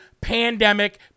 pandemic